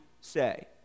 say